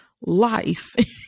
life